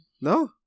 no